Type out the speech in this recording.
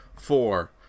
four